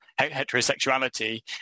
heterosexuality